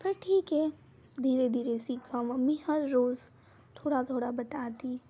फिर ठीक है धीरे धीरे सीखा मम्मी हर रोज़ थोड़ा थोड़ा बताती